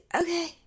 okay